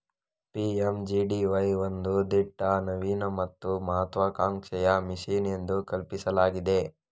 PMGDY ಒಂದು ದಿಟ್ಟ, ನವೀನ ಮತ್ತು ಮಹತ್ವಾಕಾಂಕ್ಷೆಯ ಮಿಷನ್ ಎಂದು ಕಲ್ಪಿಸಲಾಗಿದೆ